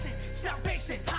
salvation